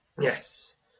Yes